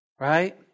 Right